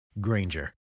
Granger